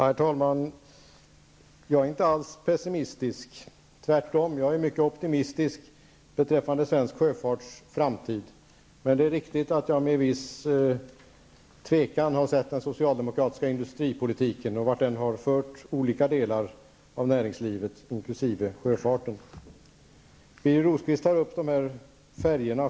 Herr talman! Jag är inte alls pessimistisk. Tvärtom är jag mycket optimistisk beträffande svensk sjöfarts framtid. Men det är riktigt att jag med visst tvivel har sett den socialdemokratiska industripolitiken och vart den har fört olika delar av näringslivet inkl. sjöfarten.